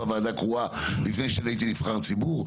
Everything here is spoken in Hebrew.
ועדה קרואה לפני שאני הייתי נבחר ציבור.